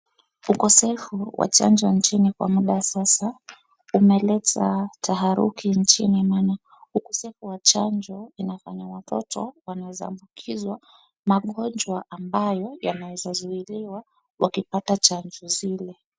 Ukosefu wa chajo nchini kwa muda sasa umeleta taharuki nchini maana ukosefu wa chajo inafanya watoto wanaweza abukizwa magonjwa ambayo yanawezazuiliwa wakipata chajo zile.